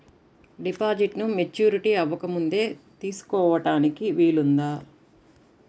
డిపాజిట్ను మెచ్యూరిటీ అవ్వకముందే తీసుకోటానికి వీలుందా?